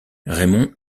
raymond